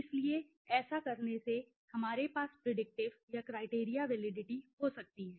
इसलिए ऐसा करने से हमारे पास प्रेडिक्टिव या क्राइटेरिया वैलिडिटी हो सकती है